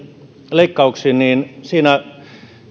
leikkauksiin niin siinä